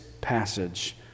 passage